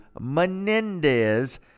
Menendez